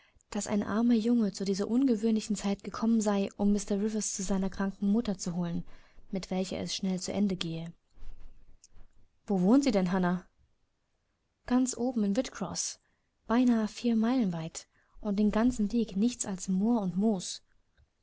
daß ein armer junge zu dieser ungewöhnlichen zeit gekommen sei um mr rivers zu seiner kranken mutter zu holen mit welcher es schnell zu ende gehe wo wohnt sie denn hannah ganz oben in whitcroß beinahe vier meilen weit und den ganzen weg nichts als moor und moos